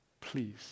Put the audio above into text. Please